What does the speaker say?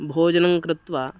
भोजनं कृत्वा